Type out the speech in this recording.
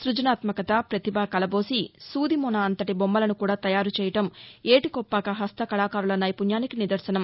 స్భజనాత్యకత పతిభ కలబోసి సూదిమొన అంత బొమ్మలను కూడా తయారు చేయటం ఏటీకొప్పాక హస్తకళాకారుల నైపుణ్యానికి నిదర్శనం